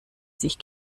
sich